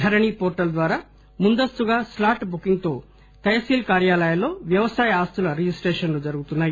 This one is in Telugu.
ధరణి పోర్టల్ ద్వారా ముందస్తుగా స్లాట్ బుకింగ్ తో తహసీల్ కార్యాలయాల్లో వ్యవసాయ ఆస్తుల రిజిస్టేషన్లు జరుగుతున్నాయి